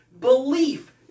belief